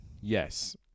Yes